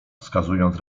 wskazując